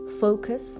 Focus